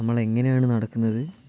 നമ്മളെങ്ങനെയാണ് നടക്കുന്നത്